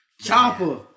Chopper